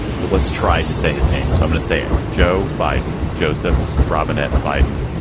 so let's try to say his name. i'm gonna say it. joe biden. joseph robinette biden,